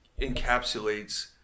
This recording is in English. encapsulates